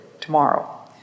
tomorrow